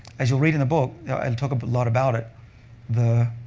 as you'll read in the book i talk a but lot about it the